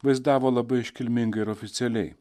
vaizdavo labai iškilmingai ir oficialiai